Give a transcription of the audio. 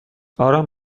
آرام